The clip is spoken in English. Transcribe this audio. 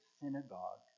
synagogue